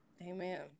Amen